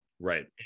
Right